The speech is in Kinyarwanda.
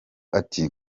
ati